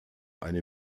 eine